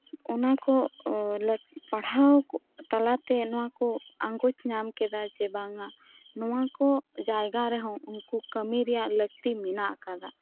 ᱚᱱᱟᱠᱩ ᱯᱟᱲᱦᱟᱣ ᱛᱟᱞᱟᱛᱮ ᱱᱚᱣᱟᱠᱩ ᱟᱸᱜᱚᱡ ᱧᱟᱢ ᱠᱮᱫᱟ ᱡᱮ ᱵᱟᱝ ᱟ ᱱᱚᱣᱟᱠᱩ ᱡᱟᱭᱜᱟ ᱨᱮᱦᱚᱸ ᱩᱱᱠᱩ ᱠᱟᱹᱢᱤᱨᱮᱭᱟᱜ ᱞᱟᱹᱠᱛᱤ ᱢᱮᱱᱟᱜ ᱟᱠᱟᱫᱟ